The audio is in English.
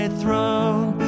throne